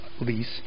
lease